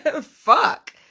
Fuck